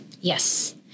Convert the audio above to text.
Yes